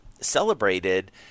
celebrated